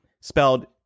spelled